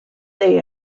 they